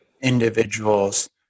individuals